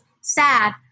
sad